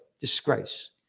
disgrace